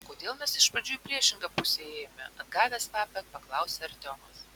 kodėl mes iš pradžių į priešingą pusę ėjome atgavęs kvapą paklausė artiomas